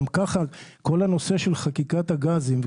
גם ככה כל הנושא של חקיקת הגזים,